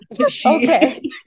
Okay